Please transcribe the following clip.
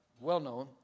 well-known